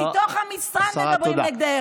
מתוך המשרד מדברים נגדך.